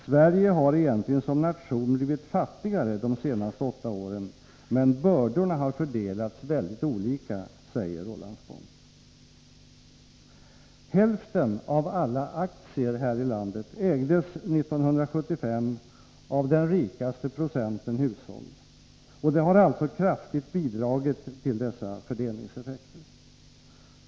Sverige har egentligen som nation blivit fattigare de senaste åtta åren, men bördorna har fördelats väldigt olika”, säger Roland Spånt. Hälften av alla aktier här i landet ägdes 1975 av den rikaste procenten hushåll, och det har alltså bidragit till dessa fördelningseffekter.